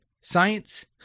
Science